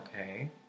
Okay